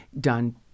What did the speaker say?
done